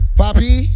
papi